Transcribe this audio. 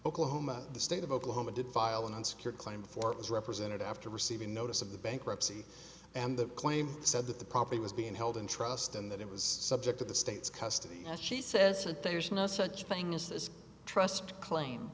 oklahoma the state of oklahoma did file an insecure claim for it was represented after receiving notice of the bankruptcy and the claim said that the property was being held in trust and that it was subject to the state's custody as she says there's no such thing as this trust claim